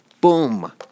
Boom